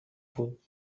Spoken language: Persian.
بود